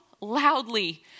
loudly